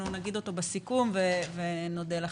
נגיד אותו בסיכום ונודה לכם.